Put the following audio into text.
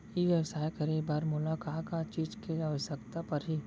ई व्यवसाय करे बर मोला का का चीज के आवश्यकता परही?